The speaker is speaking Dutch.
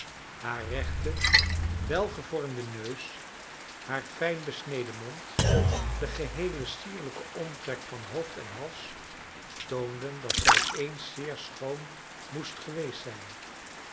haar rechte welgevormde neus haar fijn besneden mond de geheele sierlijke omtrek van hoofd en hals toonden dat zij eens zeer schoon moest geweest zijn